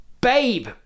Babe